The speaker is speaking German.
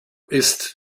ist